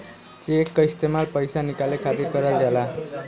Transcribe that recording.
check क इस्तेमाल पइसा निकाले खातिर करल जाला